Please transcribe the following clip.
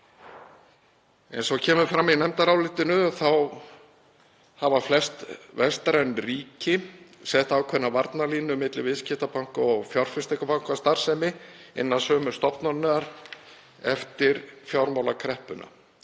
Eins og kemur fram í nefndarálitinu hafa flest vestræn ríki sett ákveðnar varnarlínur á milli viðskiptabanka- og fjárfestingarbankastarfsemi innan sömu stofnunar eftir fjármálakreppuna.